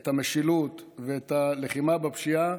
את המשילות ואת הלחימה בפשיעה,